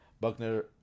Buckner